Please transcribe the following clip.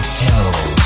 hell